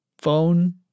phone